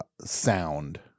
sound